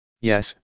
yes